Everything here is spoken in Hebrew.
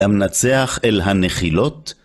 למנצח אל הנחילות